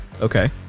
Okay